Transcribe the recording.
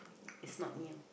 is not near